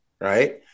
right